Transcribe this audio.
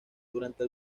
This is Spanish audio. durante